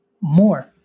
more